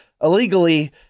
illegally